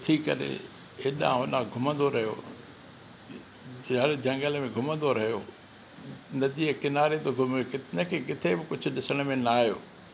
उथी करे हेॾां होॾां घुमंदो रहियो हे हरु झंगल में घुमंदो रहियो नदीअ किनारे थो घुमे हिन खे किथे बि कुझु ॾिसण में न आहियो